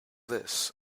this